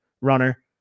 runner